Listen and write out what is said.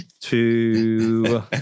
two